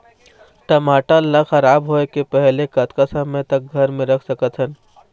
टमाटर ला खराब होय के पहले कतका समय तक घर मे रख सकत हन?